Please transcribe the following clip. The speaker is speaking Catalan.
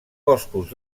boscos